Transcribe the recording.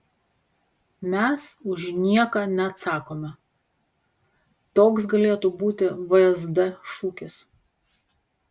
mes už nieką neatsakome toks galėtų būti vsd šūkis